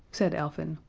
said elfin,